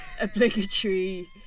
obligatory